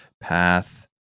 Path